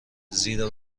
زیرا